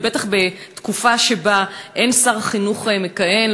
ובטח בתקופה שבה אין שר חינוך מכהן,